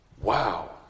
wow